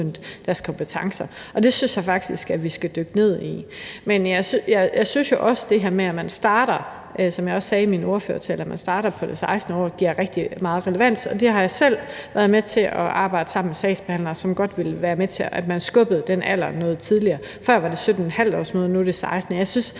deres kompetencer. Det synes jeg faktisk vi skal dykke ned i. Men jeg synes jo også, at det her med, at man starter, som jeg sagde i min ordførertale, på det 16. år, giver rigtig meget relevans. Og jeg har selv været med til at arbejde sammen med sagsbehandlere, som godt ville være med til, at man skubbede den alder til noget tidligere. Før var det sådan et 17½-årsmøde, nu er det 16 år.